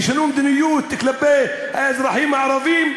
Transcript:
שתשנו את המדיניות כלפי האזרחים הערבים,